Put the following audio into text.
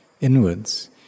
inwards